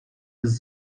jest